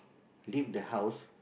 leave the house